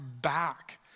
back